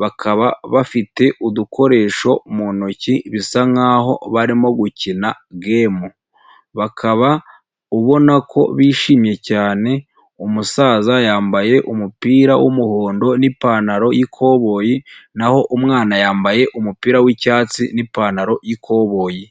bakaba bafite udukoresho mu ntoki bisa nkaho barimo gukina gemu, bakaba ubona ko bishimye cyane, umusaza yambaye umupira wumuhondo n'ipantaro y'ikoboyi naho umwana yambaye umupira w'icyatsi n'ipantaro y'ikoboyi.